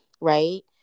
Right